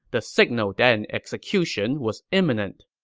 the signal that an execution was imminent.